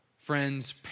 friends